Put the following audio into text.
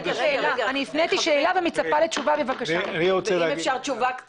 אם אפשר תשובה קצרה.